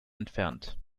entfernt